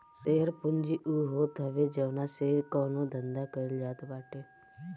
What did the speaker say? share पूंजी उ होत हवे जवना से कवनो धंधा कईल जात बाटे